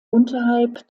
unterhalb